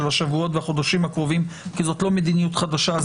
השבועות והחודשים הקרובים כי זאת לא מדיניות חדשה,